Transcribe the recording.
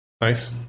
Nice